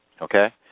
Okay